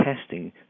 testing